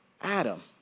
Adam